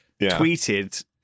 tweeted